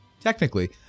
Technically